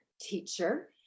teacher